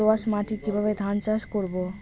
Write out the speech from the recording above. দোয়াস মাটি কিভাবে ধান চাষ করব?